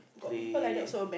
play